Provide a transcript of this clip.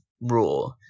raw